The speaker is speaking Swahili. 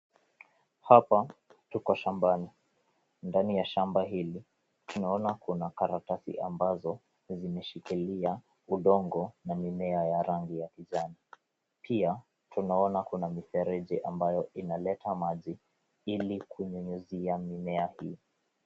Hapa, tuko shambani. Ndani ya shamba hili tunaona kuna karatasi ambazo zimeshikilia udongo na mimea ya rangi ya kijani. Pia, tunaona kuna mifereji ambayo inaleta maji ili kunyunyizia mimea hii.